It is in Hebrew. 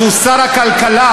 שהוא שר הכלכלה,